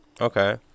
Okay